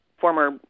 former